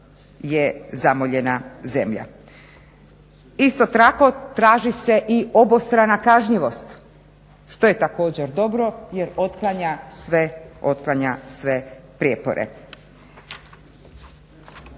je zamoljena zemlja. Isto tako traži se i obostrana kažnjivost što je također dobro jer otklanja sve,